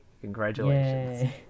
Congratulations